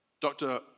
Dr